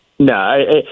No